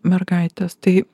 mergaitės tai